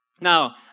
Now